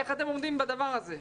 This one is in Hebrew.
איך אתם עומדים בדבר הזה?